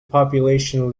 population